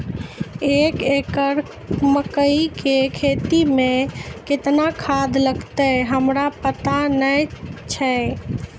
एक एकरऽ मकई के खेती करै मे केतना खाद लागतै हमरा पता नैय छै?